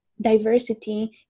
diversity